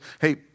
hey